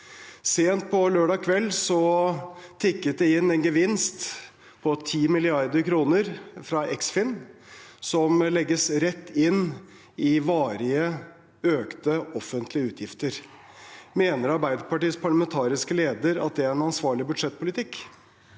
Sent lørdag kveld tikket det inn en gevinst på 10 mrd. kr fra Eksfin, som legges rett inn i varige, økte offentlige utgifter. Mener Arbeiderpartiets parlamentariske leder at det er en ansvarlig budsjettpolitikk?